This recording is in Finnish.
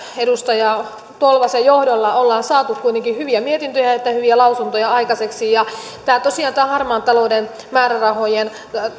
edustaja tolvasen johdolla ollaan saatu kuitenkin hyviä mietintöjä sekä hyviä lausuntoja aikaiseksi tosiaan tämä harmaan talouden määrärahojen